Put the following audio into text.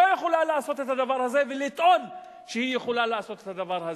לא יכולה לעשות את הדבר הזה ולטעון שהיא יכולה לעשות את הדבר הזה.